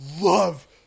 love